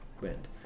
wind